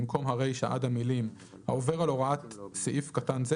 במקום הרישה עד המילים "העובר על הוראת סעיף קטן זה"